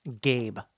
Gabe